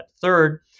Third